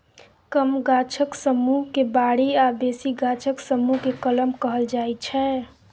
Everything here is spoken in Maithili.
कम गाछक समुह केँ बारी आ बेसी गाछक समुह केँ कलम कहल जाइ छै